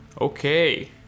Okay